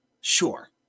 sure